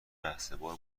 رهسپار